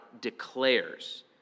declares